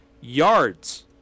Yards